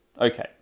Okay